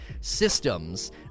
systems